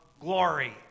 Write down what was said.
glory